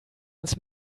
ins